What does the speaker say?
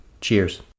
Cheers